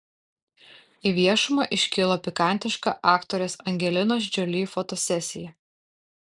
į viešumą iškilo pikantiška aktorės angelinos jolie fotosesija